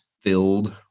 filled